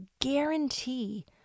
guarantee